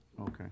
Okay